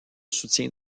soutien